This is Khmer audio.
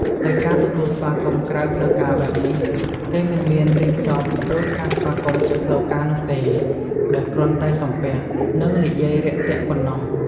ហើយការទទួលស្វាគមន៍ក្រៅផ្លូវការបែបនេះ គេមិនមានរៀបចំដូចការស្វាគមន៍ជាផ្លូវការនោះទេ ដោយគ្រាន់តែសំពះ និយាយរាក់ទាក់ប៉ុណ្ណោះ។